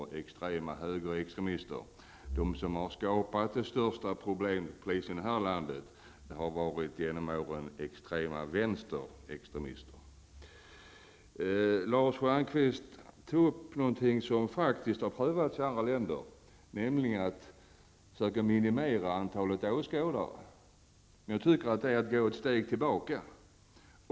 De som genom åren har skapat de största problemen för polisen här i landet har varit extrema grupper på vänsterkanten. Lars Stjernkvist tog upp någonting som faktiskt prövats i andra länder, nämligen att söka minimera antalet åskådare. Jag tycker att det är att gå ett steg tillbaka.